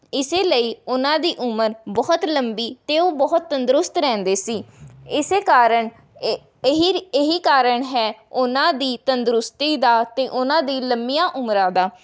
ਇਸ ਲਈ ਉਨ੍ਹਾਂ ਦੀ ਉਮਰ ਬਹੁਤ ਲੰਬੀ ਅਤੇ ਉਹ ਬਹੁਤ ਤੰਦਰੁਸਤ ਰਹਿੰਦੇ ਸੀ ਇਸ ਕਾਰਨ ਏ ਇਹੀ ਇਹੀ ਕਾਰਨ ਹੈ ਉਨ੍ਹਾਂ ਦੀ ਤੰਦਰੁਸਤੀ ਦਾ ਅਤੇ ਉਨ੍ਹਾਂ ਦੀ ਲੰਮੀਆਂ ਉਮਰਾਂ ਦਾ